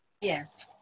Yes